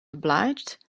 obliged